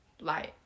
Light